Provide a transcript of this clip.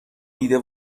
دیده